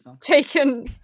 taken